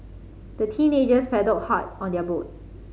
the teenagers paddled hard on their boat